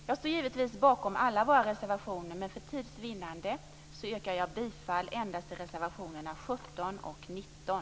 Jag står givetvis bakom alla våra reservationer, men för tids vinnande yrkar jag bifall endast till reservationerna 17 och 19.